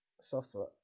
software